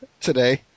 Today